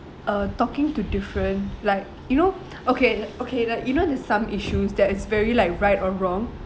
uh talking to different like you know okay okay like you know there's some issues that is very like right or wrong